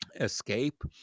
escape